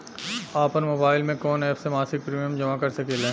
आपनमोबाइल में कवन एप से मासिक प्रिमियम जमा कर सकिले?